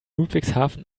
ludwigshafen